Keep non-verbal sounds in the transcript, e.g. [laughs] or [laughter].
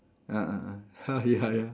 ah ah ah [laughs] ya ya